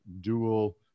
dual